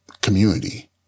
Community